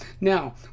Now